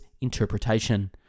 interpretation